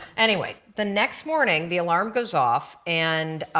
anyway, the next morning the alarm goes off and